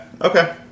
Okay